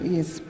Yes